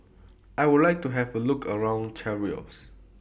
I Would like to Have A Look around Cairo